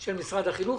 של משרד החינוך.